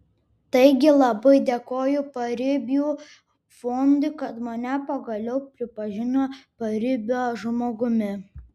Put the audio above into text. taigi labai dėkoju paribių fondui kad mane pagaliau pripažino paribio žmogumi